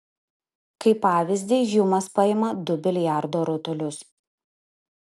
kaip pavyzdį hjumas paima du biliardo rutulius